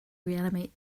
reanimate